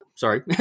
Sorry